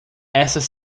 essas